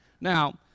Now